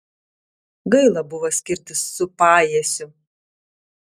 gaila buvo skirtis su pajiesiu